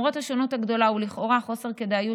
למרות השונות הגדולה ולכאורה חוסר כדאיות